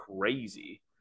crazy